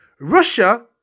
Russia